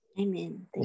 Amen